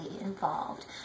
involved